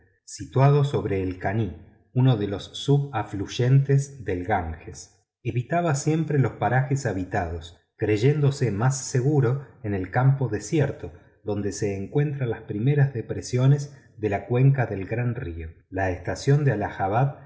situado sobre el cani uno de los subafluentes del ganges evitaba siempre los parajes habitados creyéndose más seguro en el campo desierto donde se encuentran las primeras depresiones de la cuenca del gran río la estación de